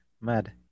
Mad